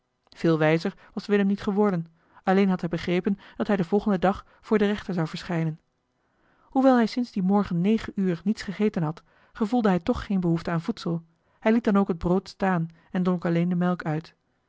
veel wijzer was willem niet geworden alleen had hij begrepen dat hij den volgenden dag voor den rechter zou verschijnen hoewel hij sinds dien morgen negen uur niets gegeten had gevoelde hij toch geen behoefte aan voedsel hij liet dan ook het brood staan en dronk alleen de melk uit